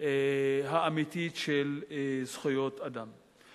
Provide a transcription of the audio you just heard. האמיתית של זכויות אדם.